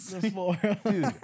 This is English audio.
Dude